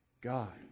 God